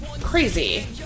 crazy